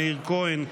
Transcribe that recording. מאיר כהן,